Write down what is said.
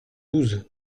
douze